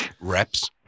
Reps